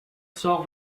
sort